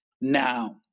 now